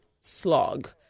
Slog